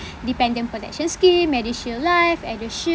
dependent protection scheme MediShield life EduShi~